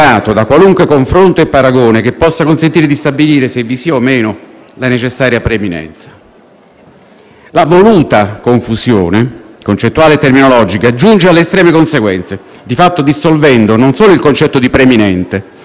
La voluta confusione concettuale e terminologica giunge alle estreme conseguenze, di fatto dissolvendo non solo il concetto di «preminente», ma anche quello stesso dell'interesse pubblico, che viene assimilato senza alcun sostegno giuridico né logico